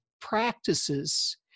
practices